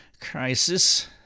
crisis